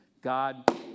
God